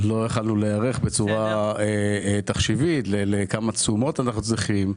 לא התחלנו להיערך בצורה תחשיבית לכמה תשומות אנחנו צריכים.